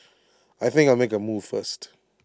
I think I'll make A move first